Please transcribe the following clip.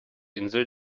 insel